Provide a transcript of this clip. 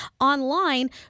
online